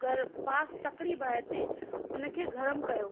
पास तकिड़ी भाए ते हुनखे गरमु कयो